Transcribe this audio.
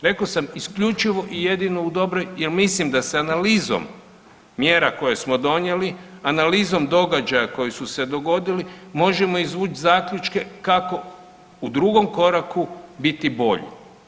Rekao sam isključivo i jedno u dobroj jer mislim da se analizom mjera koje smo donijeli, analizom događaja koji su se dogodili možemo izvući zaključke kako u drugom koraku biti bolji.